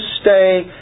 stay